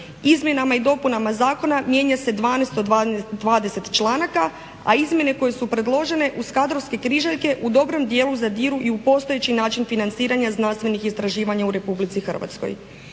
Izmjenama i dopunama zakona mijenja se 12 od 20 članaka, a izmjene koje su predložene uz kadrovske križaljke u dobrom dijelu zadiru i u postojeći način financiranja znanstvenih istraživanja u Republici Hrvatskoj.